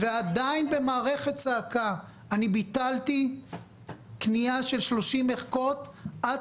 ועדיין במערכת צעקה ביטלתי קנייה של 30 ערכות עד